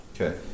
Okay